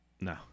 No